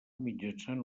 mitjançant